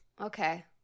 Okay